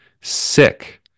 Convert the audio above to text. sick